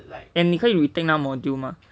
and 你可以 retake 那个 module mah